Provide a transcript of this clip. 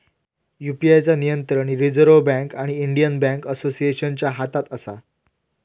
UPI चा नियंत्रण Reserve Bank आणि इंडियन बॅन्क असोसिएशनच्या हातात असा